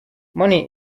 money